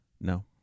no